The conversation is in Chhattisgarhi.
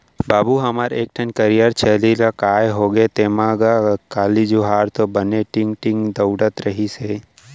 बाबू हमर एक ठन करिया छेरी ला काय होगे तेंमा गा, काली जुवार तो बने टींग टींग दउड़त रिहिस हे